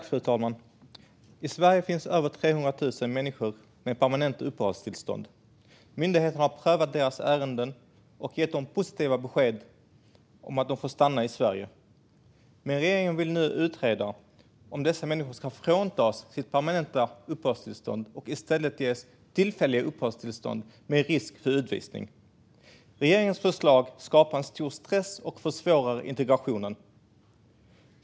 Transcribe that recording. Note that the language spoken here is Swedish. Fru talman! I Sverige finns över 300 000 människor som har permanent uppehållstillstånd. Myndigheterna har prövat deras ärenden och gett dem positiva besked om att få stanna i Sverige. Regeringen vill nu utreda om dessa människor ska fråntas sina permanenta uppehållstillstånd och i stället ges tillfälliga uppehållstillstånd som innebär att det finns risk för utvisning. Regeringens förslag skapar stor stress och försvårar integrationen.